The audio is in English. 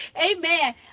amen